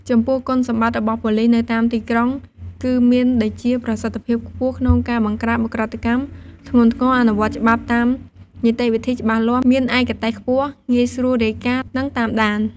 ចំពោះ គុណសម្បត្តិរបស់ប៉ូលីសនៅតាមទីក្រុងគឺមានដូចជា ប្រសិទ្ធភាពខ្ពស់ក្នុងការបង្ក្រាបឧក្រិដ្ឋកម្មធ្ងន់ធ្ងរ អនុវត្តច្បាប់តាមនីតិវិធីច្បាស់លាស់ មានឯកទេសខ្ពស់ ងាយស្រួលរាយការណ៍ និងតាមដាន។